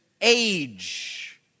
age